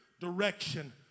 direction